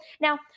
now